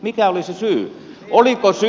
mikä oli se syy